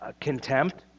contempt